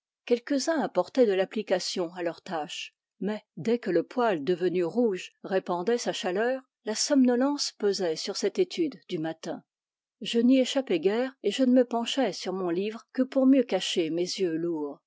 quelques-uns apportaient de l'application à leur tâche mais dès que le poêle devenu rouge répandait sa chaleur la somnolence pesait sur cette étude du matin je n'y échappais guère et je ne me penchais sur mon livre que pour mieux cacher mes yeux lourds